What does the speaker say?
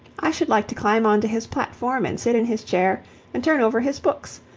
i should like to climb on to his platform and sit in his chair and turn over his books,